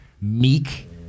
meek